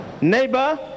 Neighbor